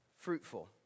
fruitful